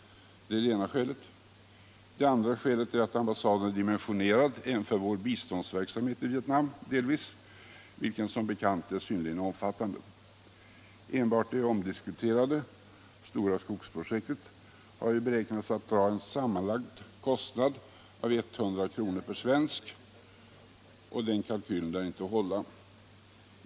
Det är det ena skälet. Det andra skälet är att ambassaden delvis är dimensionerad även för vår biståndsverksamhet i Vietnam, vilken som bekant är synnerligen omfattande. Enbart det omdiskuterade stora skogsprojektet har ju beräknats dra en sammanlagd kostnad av 100 kr. per svensk — och den kalkylen lär inte hålla.